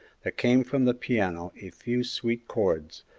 there came from the piano a few sweet chords,